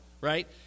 right